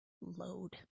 load